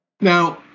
Now